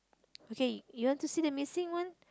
okay you want to see the missing one